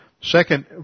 Second